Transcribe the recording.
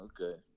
okay